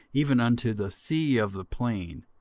even unto the sea of the plain,